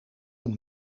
een